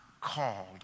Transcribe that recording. called